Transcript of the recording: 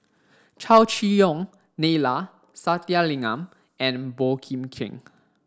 Chow Chee Yong Neila Sathyalingam and Boey Kim Cheng